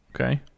Okay